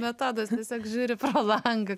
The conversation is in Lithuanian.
metodas tiesiog žiūri pro langą